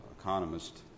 Economist